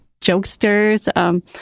jokesters